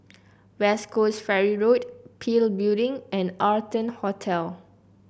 West Coast Ferry Road PIL Building and Arton Hotel